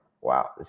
wow